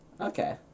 Okay